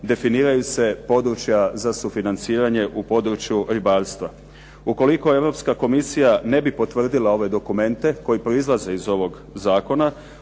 definiraju se područja za sufinanciranje u području ribarstva. Ukoliko Europska komisija ne bi potvrdila ove dokumente koji proizlaze iz ovog zakona,